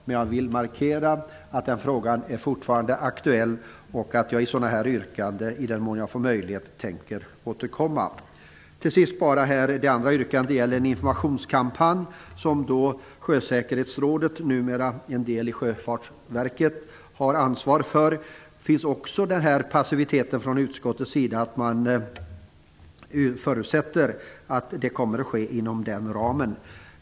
Men jag vill markera att frågan fortfarande är aktuell och att jag tänker återkomma med dessa yrkanden i den mån jag får möjlighet. Det andra yrkandet gäller en informationskampanj som Sjösäkerhetsrådet, numera en del av Sjöfartsverket, har ansvar för. Här finns också den här passiviteten från utskottets sida. Man förutsätter att det kommer att ske inom den ramen.